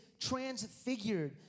transfigured